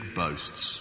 boasts